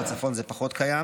בצפון זה פחות קיים.